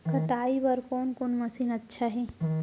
कटाई बर कोन कोन मशीन अच्छा हे?